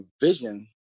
vision